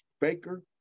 Baker